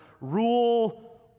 rule